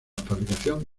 fabricación